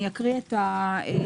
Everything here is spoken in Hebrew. אני אקריא את התיקונים.